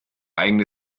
eigene